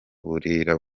burira